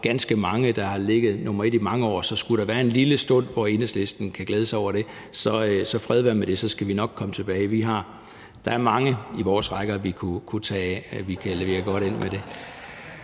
ganske mange, der har ligget nr. 1 i mange år. Så skulle der være en lille stund, hvor Enhedslisten kan glæde sig over det, så fred være med det; så skal vi nok komme tilbage. Der er mange i vores rækker, som vi kunne tage af, og som ville kunne levere